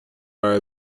are